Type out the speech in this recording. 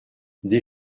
des